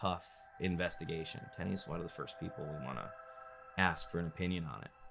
tough investigation, tenney is one of the first people we want to ask for an opinion on it.